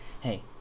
Hey